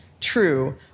true